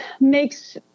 makes